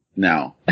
Now